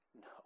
No